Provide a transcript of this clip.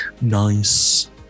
nice